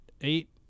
eight